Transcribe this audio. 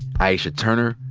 aisha turner,